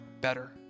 better